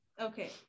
okay